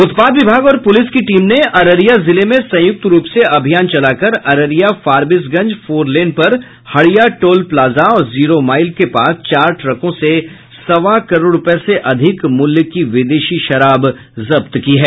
उत्पाद विभाग और पुलिस की टीम ने अररिया जिले में संयुक्त रूप से अभियान चलाकर अररिया फारबिसगंज फोर लेन पर हड़िया टोल प्लाजा और जीरो माईल के पास चार ट्रकों से सवा करोड़ रूपये से अधिक मूल्य की विदेशी शराब जब्त की है